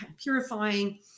purifying